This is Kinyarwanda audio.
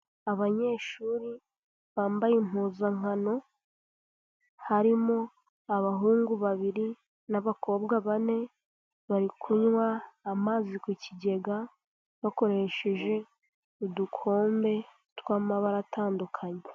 Abanyeshuri bambaye impuzankano harimo abahungu babiri n'abakobwa bane, bari kunywa amazi ku kigega bakoresheje udukombe tw'amabara atandukanye.